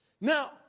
Now